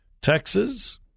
Texas